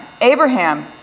Abraham